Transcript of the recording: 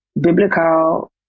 biblical